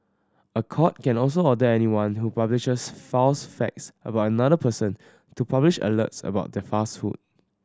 a court can also order anyone who publishes false facts about another person to publish alerts about the falsehood